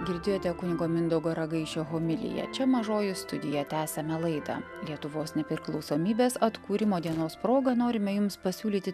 girdėjote kunigo mindaugo ragaišio homiliją čia mažoji studija tęsiame laidą lietuvos nepriklausomybės atkūrimo dienos proga norime jums pasiūlyti